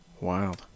Wild